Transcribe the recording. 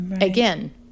again